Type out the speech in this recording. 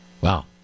Wow